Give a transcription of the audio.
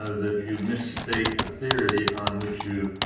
ah that you misstate the theory on which you